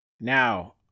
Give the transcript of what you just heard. Now